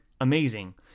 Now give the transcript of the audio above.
amazing